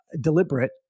deliberate